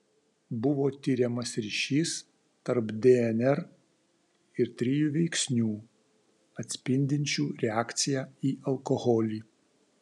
buvo tiriamas ryšys tarp dnr ir trijų veiksnių atspindinčių reakciją į alkoholį